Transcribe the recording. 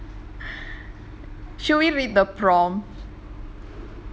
should we read the prompt